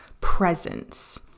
presence